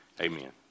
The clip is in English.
Amen